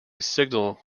signal